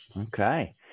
Okay